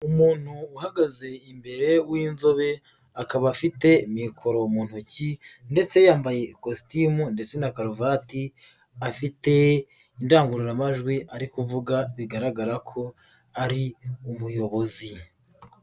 Umuntu uhagaze imbere w'inzobe akaba afite mikoro mu ntoki ndetse yambaye ikositimu ndetse na karuvati, afite indangururamajwi ari kuvuga bigaragara ko ari umuyobozi.